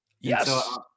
Yes